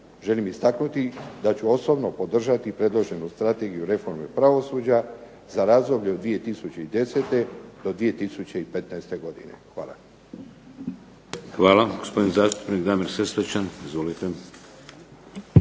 želim istaknuti da ću osobno podržati predloženu strategiju reforme pravosuđa za razdoblje od 2010. do 2015. godine. Hvala. **Šeks, Vladimir (HDZ)** Hvala. Gospodin zastupnik Damir Sesvečan. Izvolite.